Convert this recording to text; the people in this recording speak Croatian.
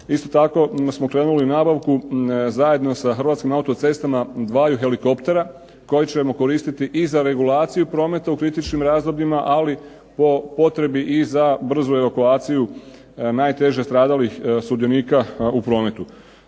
Isto tako smo krenuli u nabavku zajedno sa Hrvatskim autocestama dvaju helikoptera koje ćemo koristiti i za regulaciju prometa u kritičnim razdobljima, ali po potrebi za brzu evakuaciju najteže stradalih sudionika u prometu.